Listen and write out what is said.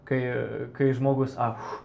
kai kai žmogus a fu